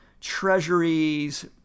treasuries